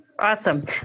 Awesome